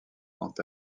quant